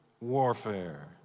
warfare